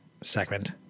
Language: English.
segment